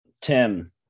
Tim